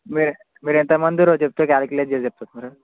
మీరు మీరు ఎంత మంది ఉన్నారో చెప్తే కాలిక్యులేట్ చేసి చెప్తాను సార్